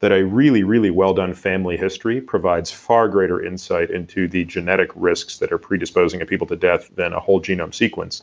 that a really, really well done family history provides far greater insight into the genetic risks that are predisposing people to death than a whole genome sequence